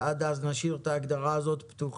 יש לנו פיקוח דרך פקודת הטלגרף האלחוטי,